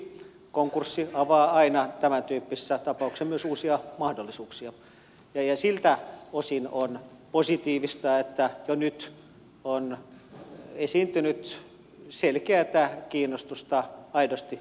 konkurssi avaa aina tämäntyyppisissä tapauksissa myös uusia mahdollisuuksia ja siltä osin on positiivista että jo nyt on esiintynyt selkeätä kiinnostusta aidosti uskottavilta tahoilta